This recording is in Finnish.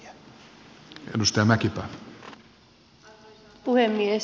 arvoisa puhemies